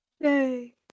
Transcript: Yay